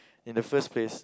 in the first place